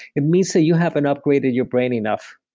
it means that you haven't upgraded your brain enough.